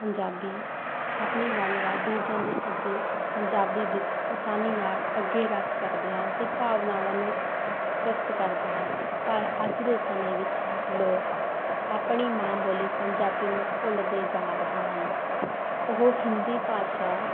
ਪੰਜਾਬੀ ਆਪਣੀ ਗੱਲਬਾਤ ਦੂਜਿਆਂ ਦੇ ਅੱਗੇ ਪੰਜਾਬੀ ਵਿੱਚ ਆਸਾਨੀ ਨਾਲ ਅੱਗੇ ਰੱਖ ਸਕਦੇ ਹਨ ਅਤੇ ਭਾਵਨਾਵਾਂ ਨੂੰ ਵਿਅਕਤ ਕਰਦੇ ਹਨ ਪਰ ਅੱਜ ਦੇ ਸਮੇਂ ਵਿੱਚ ਲੋਕ ਆਪਣੀ ਮਾਂ ਬੋਲੀ ਪੰਜਾਬੀ ਨੂੰ ਭੁੱਲਦੇ ਜਾ ਰਹੇ ਹਨ ਉਹ ਹਿੰਦੀ ਭਾਸ਼ਾ